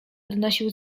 odnosił